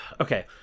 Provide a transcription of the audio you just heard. okay